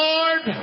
Lord